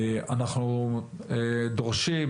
אנחנו דורשים,